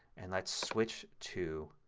and let's switch to